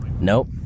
Nope